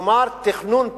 כלומר תכנון פוליטי,